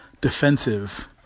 defensive